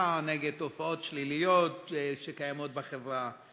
ותוכחה נגד תופעות שליליות שקיימות בחברה,